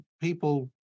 people